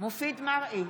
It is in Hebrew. מופיד מרעי,